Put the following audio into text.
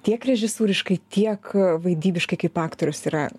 tiek režisūriškai tiek vaidybiškai kaip aktorius yra